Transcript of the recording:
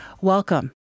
Welcome